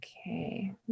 Okay